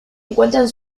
encuentran